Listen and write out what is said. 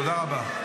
תודה רבה.